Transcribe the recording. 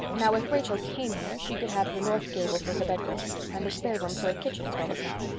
now, if rachel came here, she could have the north gable for her bedroom and the spare room for a kitchen as well as not,